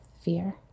fear